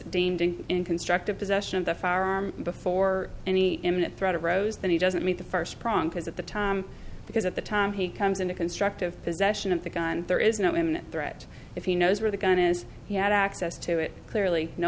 deemed in constructive possession of the firearm before any imminent threat of rose then he doesn't meet the first prong because at the time because at the time he comes into constructive possession of the gun there is no imminent threat if he knows where the gun is he had access to it clearly no